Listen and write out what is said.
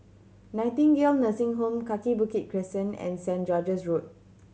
Nightingale Nursing Home Kaki Bukit Crescent and Saint George's Road